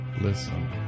Listen